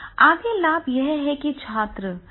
आगे लाभ यह है कि छात्र काम कर सकते हैं